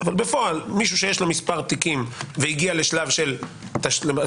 מישהו שיש לו כמה תיקים והגיע לשלב של תשלומים,